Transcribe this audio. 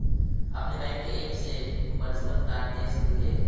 अपने बैंक के ऐप से तु वर्चुअल कार्ड देख सकलू हे